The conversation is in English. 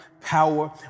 power